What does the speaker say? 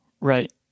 Right